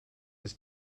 his